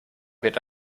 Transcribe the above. wird